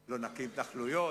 לא נקים התנחלויות?